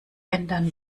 ändern